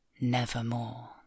Nevermore